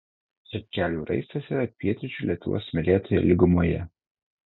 čepkelių raistas yra pietryčių lietuvos smėlėtoje lygumoje